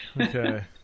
Okay